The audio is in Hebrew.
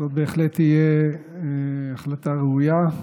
זאת בהחלט תהיה החלטה ראויה.